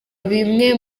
bimwe